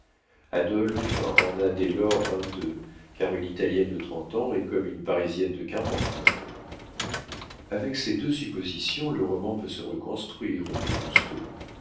adolphe en a dès lors vingt-deux car une italienne de trente ans est comme une parisienne de quarante ans avec ces deux suppositions le roman peut se reconstruire reprit